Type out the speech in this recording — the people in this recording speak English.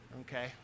Okay